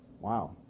Wow